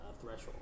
threshold